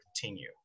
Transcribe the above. continue